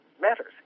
matters